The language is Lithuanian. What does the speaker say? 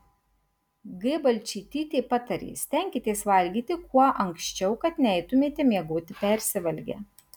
g balčytytė patarė stenkitės valgyti kuo anksčiau kad neeitumėte miegoti persivalgę